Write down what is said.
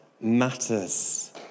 matters